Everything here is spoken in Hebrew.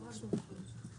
13:30.)